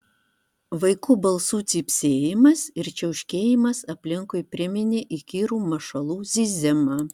vaikų balsų cypsėjimas ir čiauškėjimas aplinkui priminė įkyrų mašalų zyzimą